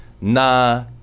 nah